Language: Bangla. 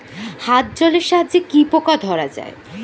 হাত জলের সাহায্যে কি পোকা ধরা যায়?